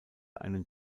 einen